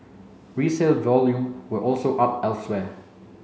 resale volume were also up elsewhere